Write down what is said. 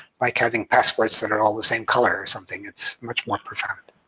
like having passwords that are all the same color or something. it's much more profound.